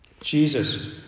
Jesus